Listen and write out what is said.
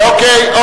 אוקיי.